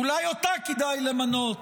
אולי אותה כדאי למנות